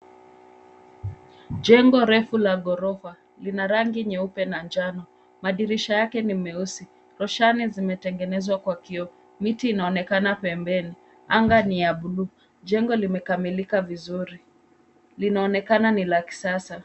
Jengo refu la ghorofa, lina rangi nyeupe na njano, madirisha yake ni meusi, roshani zimetengenezwa kwa kioo, miti inaonekana pembeni, anga ni ya buluu, jengo limekamilika vizuri, linaonekana ni la kisasa.